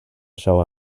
show